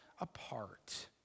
apart